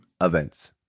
events